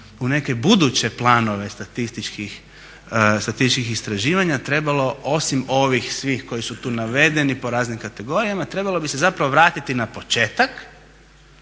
u neke buduće planove statističkih istraživanja trebalo osim ovih svih koji su tu navedeni po raznim kategorijama, trebalo bi se zapravo vratiti na početak